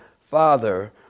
Father